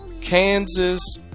Kansas